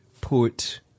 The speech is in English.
put